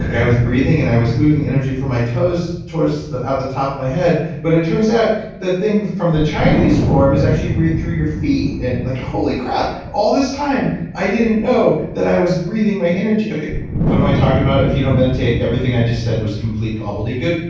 like i was breathing and i was moving energy from my toes towards the top of my head, but it turns out that thing from the chinese forum is actually you breathe through your feet. and like holy crap. all this time, i didn't know that i was breathing my energy. what am i talking about? if you don't meditate, everything i just said was complete gobbledygook.